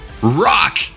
Rock